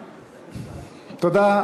תודה,